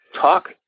talk